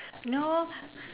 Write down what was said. no